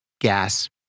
gas